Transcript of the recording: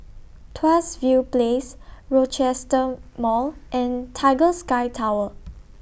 Tuas View Place Rochester Mall and Tiger Sky Tower